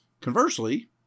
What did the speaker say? Conversely